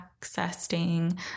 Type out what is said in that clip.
accessing